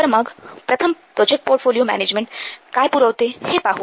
तर मग प्रथम प्रोजेक्ट पोर्टफोलिओ मॅनेजमेंट काय पुरवते हे पाहू